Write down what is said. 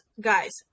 guys